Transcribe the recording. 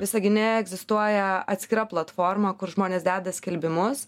visagine egzistuoja atskira platforma kur žmonės deda skelbimus